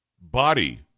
body